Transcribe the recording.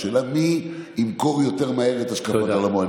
השאלה היא מי ימכור יותר מהר את השקפת עולמו.